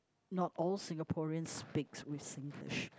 not all Singaporeans speak with Singlish